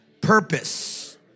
Purpose